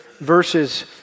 Verses